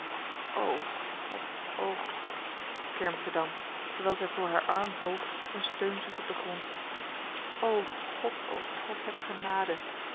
o god o god kermt zij dan terwijl zij voor haar arm hoofd een steun zoekt op den grond o god o god heb genade